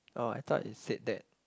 oh I thought you said that